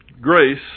grace